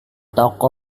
toko